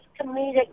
comedic